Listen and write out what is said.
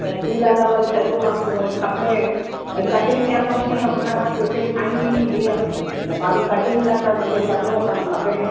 त स्कूल लाइ वरी सॼो कमु वरी खपे भई कटिंग थियलु हूंदी त फटाफट टिफिन ठाहींदी मुंहिंजी धीउ त बाक़ी कटिंग लाइ त मूंखे तकिड़ो कमु खपे